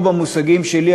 או במושגים שלי,